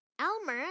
Elmer